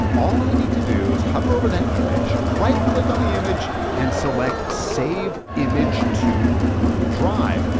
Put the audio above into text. all i need to do is hover over that image, right click on the image and select save image to google drive.